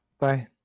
Bye